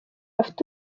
afite